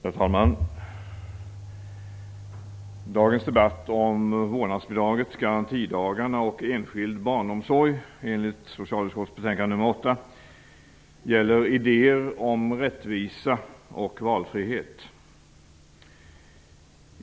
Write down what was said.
Herr talman! Dagens debatt om vårdnadsbidraget, garantidagarna och enskild barnomsorg enligt socialutskottets betänkande nr 8 gäller idéer om rättvisa och valfrihet.